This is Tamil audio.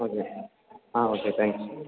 okay sir ah okay thank you